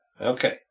Okay